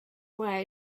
why